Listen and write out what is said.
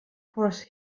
course